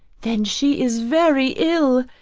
then she is very ill,